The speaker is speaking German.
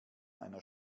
einer